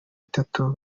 itatu